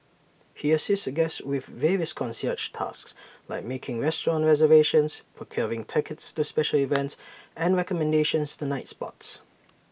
he assists guests with various concierge tasks like making restaurant reservations procuring tickets to special events and recommendations to nightspots